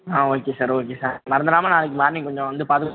ஆ okay sir okay sir மறந்துடாம நாளைக்கு morning கொஞ்சம் வந்து பார்த்துருங்க